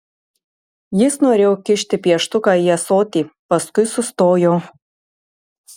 jis norėjo kišti pieštuką į ąsotį paskui sustojo